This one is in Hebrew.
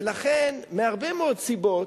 ולכן מהרבה מאוד סיבות,